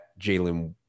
Jalen